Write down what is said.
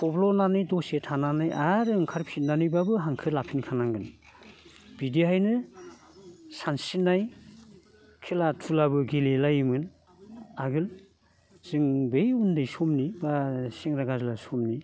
थब्ल'नानै दसे थानानै आरो ओंखारफिननानैब्लाबो हांखो लाफिनखानांगोन बिदिहायनो सानस्रिनाय खेला थुलाबो गेलेलायोमोन आगोल जों बे उन्दै समनि बा सेंग्रा गाज्ला समनि